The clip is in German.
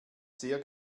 sehr